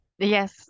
Yes